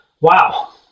Wow